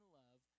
love